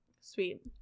Sweet